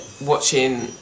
watching